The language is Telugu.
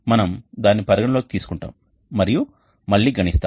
మనము దానిని పరిగణనలోకి తీసుకుంటాము మరియు మళ్లీ గణిస్తాము